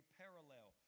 parallel